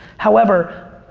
however,